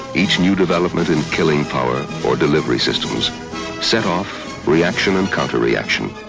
each new development in killing power or delivery systems set off reaction and counter-reaction.